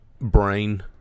Brain